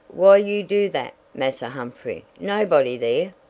why you do that, massa humphrey? nobody there!